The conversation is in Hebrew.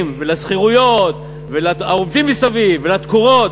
למשרדים ולשכירויות ולעובדים מסביב ולתקורות.